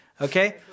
Okay